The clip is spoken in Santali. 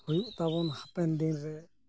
ᱦᱩᱭᱩᱜ ᱛᱟᱵᱚᱱᱟ ᱦᱟᱯᱮᱱ ᱫᱤᱱ ᱨᱮ